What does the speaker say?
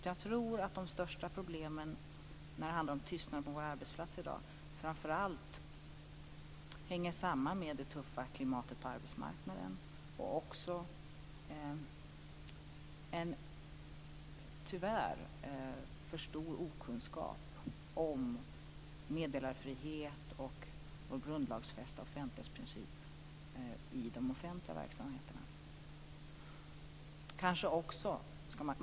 Jag tror att de största problemen när det handlar om tystnad på våra arbetsplatser i dag framför allt hänger samman med det tuffa klimatet på arbetsmarknaden och, tyvärr, med en för stor okunskap om meddelarfrihet och vår grundlagsfästa offentlighetsprincip i fråga om de offentliga verksamheterna.